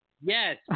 Yes